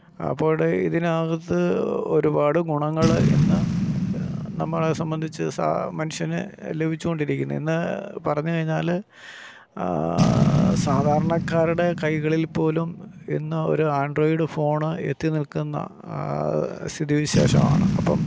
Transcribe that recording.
അപ്പോള് ഇതിനകത്ത് ഒരുപാട് ഗുണങ്ങള് ഇന്ന് നമ്മളെ സംബന്ധിച്ച് സ മനുഷ്യന് ലഭിച്ചുകൊണ്ടിരിക്കുന്ന ഇന്ന് പറഞ്ഞ് കഴിഞ്ഞാല് സാധാരണക്കാരുടെ കൈകളില്പ്പോലും ഇന്ന് ഒരു ആണ്ട്രോയിഡ് ഫോണ് എത്തി നില്ക്കുന്ന സ്ഥിതിവിശേഷവാണ് അപ്പം